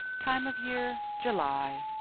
time of year, july.